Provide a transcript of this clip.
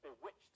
bewitched